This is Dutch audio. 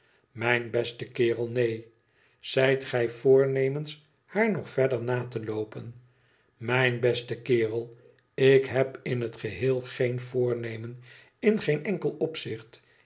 mijn beste kerel neen zijt gij voornemens haar nog verder na te loopen mijn beste kerel ik heb in het geheel geen voornemen in geen enkel opzicht